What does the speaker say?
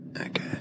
Okay